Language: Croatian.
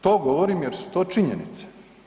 To govorim jer su to činjenice.